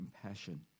compassion